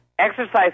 Exercise